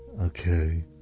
okay